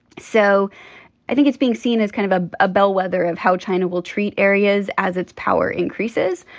so i think it's being seen as kind of a ah bellwether of how china will treat areas as its power increases.